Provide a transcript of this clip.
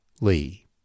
Lee